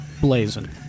blazing